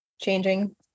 changing